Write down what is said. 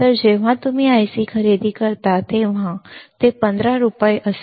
तर जेव्हा तुम्ही आयसी खरेदी करता तेव्हा ते 15 रुपये असेल